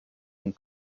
and